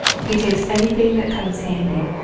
he takes anything that comes handy.